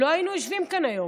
לא היינו יושבים כאן היום.